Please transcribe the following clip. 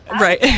right